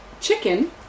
chicken